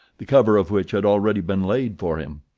the cover of which had already been laid for him.